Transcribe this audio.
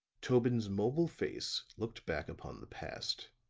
tobin's mobile face looked back upon the past